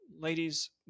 ladies